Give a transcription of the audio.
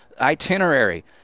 itinerary